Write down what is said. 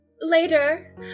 later